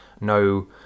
No